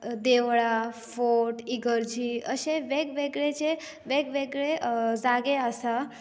देवळां फोर्ट इगर्जी अशे वेग वेगळे जे वेग वेगळे जागे आसात